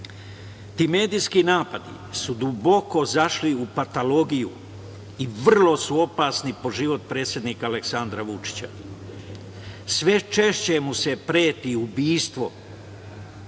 medijski napadi su duboko zašli u patologiju i vrlo su opasni po život predsednika Aleksandra Vučića. Sve češće mu se prati